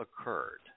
occurred